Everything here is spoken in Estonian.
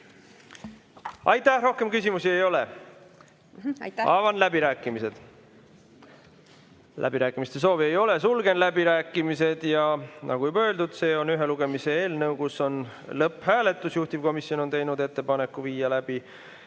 Aitäh! Rohkem küsimusi ei ole. Avan läbirääkimised. Läbirääkimiste soovi ei ole. Sulgen läbirääkimised. Nagu juba öeldud, see on ühe lugemisega eelnõu, kus on lõpphääletus. Juhtivkomisjon on teinud ettepaneku viia läbi